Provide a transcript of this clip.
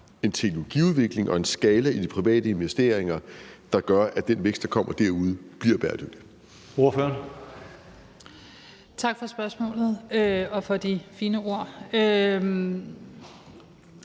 en teknologiudvikling og en skala i private investeringer, der gør, at den vækst, der kommer derude, bliver bæredygtig?